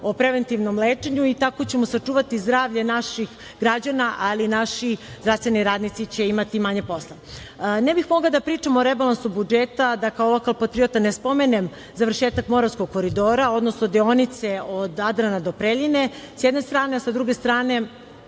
preventivnom lečenju. Tako ćemo sačuvati zdravlje naših građana, ali i naši zdravstveni radnici će imati manje posla. Ne bih mogla pričam o rebalansu budžeta da kao lokal patriota ne spomenem završetak Moravskog koridora, odnosno deonice od Jadrana do Preljine sa jedne strane, a sa druge strane